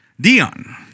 Dion